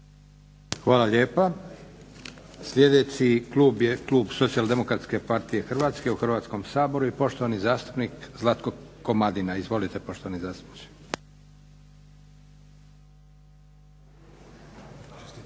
Hvala lijepa. Sljedeći klub je klub SDP-a Hrvatske u Hrvatskom saboru i poštovani zastupnik Zlatko Komadina. Izvolite poštovani zastupniče.